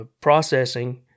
processing